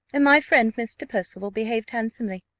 and my friend mr. percival behaved handsomely.